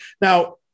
Now